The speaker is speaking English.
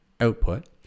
output